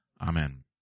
Amen